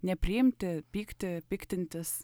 nepriimti pykti piktintis